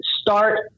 start